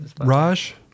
Raj